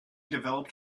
developed